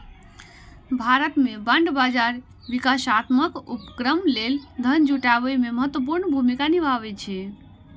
भारत मे बांड बाजार विकासात्मक उपक्रम लेल धन जुटाबै मे महत्वपूर्ण भूमिका निभाबै छै